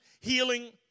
healing